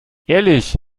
ehrlich